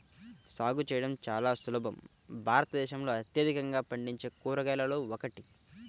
సాగు చేయడం చాలా సులభం భారతదేశంలో అత్యధికంగా పండించే కూరగాయలలో ఒకటి